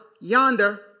yonder